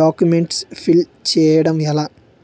Documents fill చేయడం ఎలా?